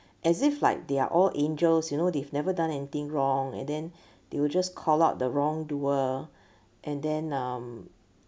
as if like they are all angels you know they've never done anything wrong and then they will just call out the wrong doer and then um